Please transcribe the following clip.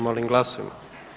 Molim glasujmo.